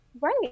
Right